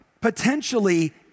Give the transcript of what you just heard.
Potentially